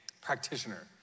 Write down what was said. Practitioner